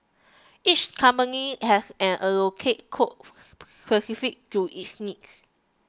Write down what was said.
each company has an allocated quota specific to its needs